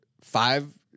five